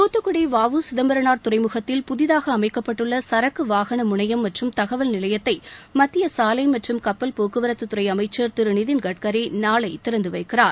தூத்துக்குடி வஉ சிதம்பரனார் துறைமுகத்தில் புதிதாக அமைக்கப்பட்டுள்ள சரக்கு வாகன முனையம் மற்றும் தகவல் நிலையத்தை மத்திய சாலை மற்றும் கப்பல் போக்குவரத்துத் துறை அமைச்சர் திரு நிதின் கட்கரி நாளை திறந்து வைக்கிறார்